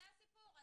זה הסיפור.